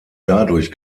dadurch